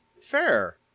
fair